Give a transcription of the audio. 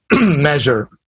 measure